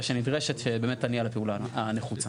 שנדרשת שבאמת תניע לפעולה הנחוצה.